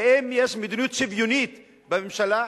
האם יש מדיניות שוויונית בממשלה?